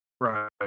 right